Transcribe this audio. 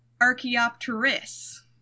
Archaeopteryx